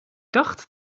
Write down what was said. dacht